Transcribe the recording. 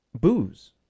booze